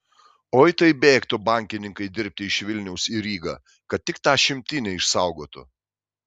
oi tai bėgtų bankininkai dirbti iš vilniaus į rygą kad tik tą šimtinę išsaugotų